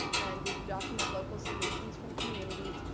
and we would document local solutions from communities.